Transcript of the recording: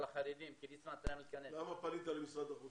כל החרדים --- למה פנית למשרד החוץ?